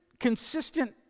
consistent